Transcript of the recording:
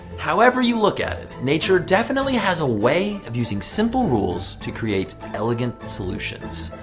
however you look at it, nature definitely has a way of using simple rules to create elegant solutions.